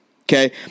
okay